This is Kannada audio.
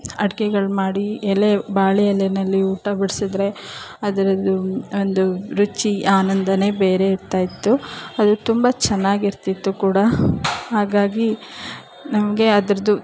ಅಡ್ಗೆಗಳು ಮಾಡಿ ಎಲೆ ಬಾಳೆ ಎಲೆಯಲ್ಲಿ ಊಟ ಬಡಿಸಿದ್ರೆ ಅದ್ರದ್ದೂ ಅದು ರುಚಿ ಆನಂದವೇ ಬೇರೆ ಇರ್ತಾಯಿತ್ತು ಅದು ತುಂಬ ಚೆನ್ನಾಗಿರ್ತಿತ್ತು ಕೂಡ ಹಾಗಾಗಿ ನಮಗೆ ಅದರದ್ದು